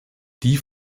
die